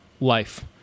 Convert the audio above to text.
life